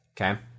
Okay